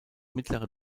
mittlere